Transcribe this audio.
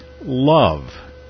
love